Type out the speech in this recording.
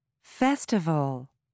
Festival